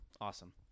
Awesome